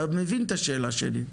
אתה מבין את השאלה שלי?